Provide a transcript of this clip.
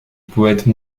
poète